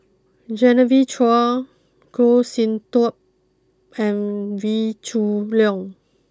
Genevieve Chua Goh Sin Tub and Wee Leong